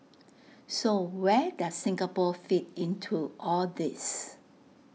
so where does Singapore fit into all this